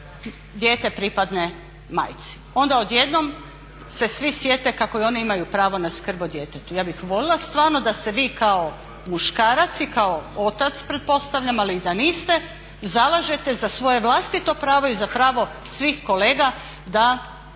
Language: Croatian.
dijete pripadne majci. Onda odjednom se svi sjete kako i oni imaju pravo na skrb o djetetu. Ja bih voljela stvarno da se vi kao muškarac i kao otac pretpostavljam, ali i da niste, zalažete za svoje vlastito pravo i za pravo svih kolega da